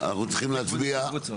אנחנו צריכים להצביע על ההסתייגויות.